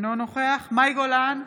אינו נוכח מאי גולן,